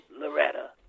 Loretta